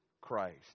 Christ